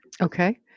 Okay